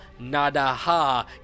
Nadaha